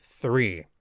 three